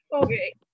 Okay